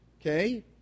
okay